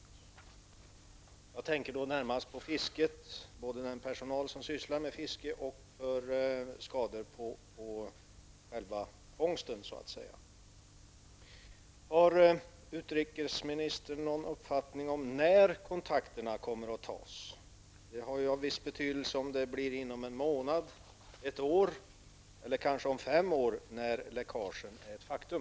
Då tänker jag närmast på fisket -- både när det gäller den personal som sysslar med fiske och när det gäller skador på själva fångsten. Har utrikesministern någon uppfattning om när dessa kontakter kommer att tas? Det har ju en viss betydelse om det blir inom en månad, inom ett år eller kanske först om fem år, när läckagen redan är ett faktum.